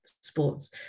sports